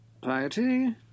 Piety